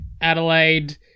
Adelaide